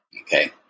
Okay